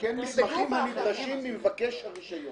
וכן מסמכים הנדרשים ממבקש הרישיון.